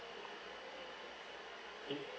it